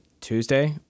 Tuesday